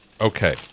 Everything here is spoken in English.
Okay